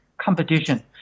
competition